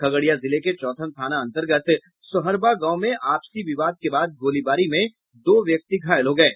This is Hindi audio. खगड़िया जिले के चौथम थाना अंतर्गत सोहरबा गांव में आपसी विवाद के बाद गोलीवारी में दो व्यक्ति घायल हो गये